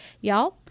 y'all